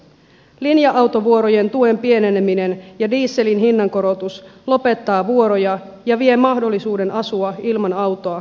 linja autovuorojen tuen pieneneminen ja dieselin hinnankorotus lopettaa vuoroja ja vie mahdollisuuden asua ilman autoa kauempana taajamista